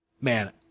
Man